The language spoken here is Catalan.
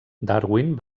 darwin